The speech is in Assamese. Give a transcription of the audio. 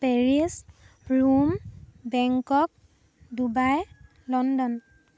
Paris Rome Bangkok Dubai London